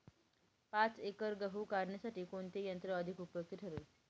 पाच एकर गहू काढणीसाठी कोणते यंत्र अधिक उपयुक्त ठरेल?